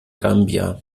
gambia